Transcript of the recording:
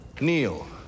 Kneel